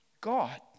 God